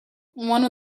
one